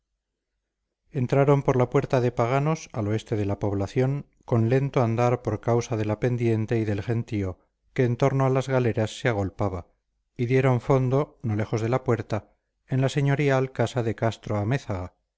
entraron por la puerta de paganos al oeste de la población con lento andar por causa de la pendiente y del gentío que en torno a las galeras se agolpaba y dieron fondo no lejos de la puerta en la señorial casa de castro-amézaga